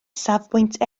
safbwynt